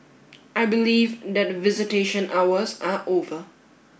I believe that visitation hours are over